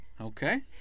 Okay